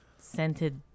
Scented